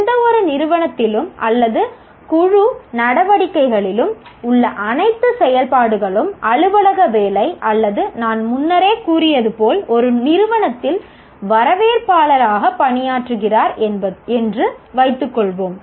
எந்தவொரு நிறுவனத்திலும் அல்லது குழு நடவடிக்கைகளிலும் உள்ள அனைத்து செயல்பாடுகளும் அலுவலக வேலை அல்லது நான் முன்னரே கூறியது போல் ஒரு நிறுவனத்தில் வரவேற்பாளராக பணியாற்றுகிறார் என்று வைத்துக் கொள்வோம்